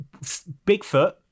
bigfoot